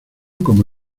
como